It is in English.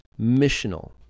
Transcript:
missional